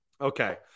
Okay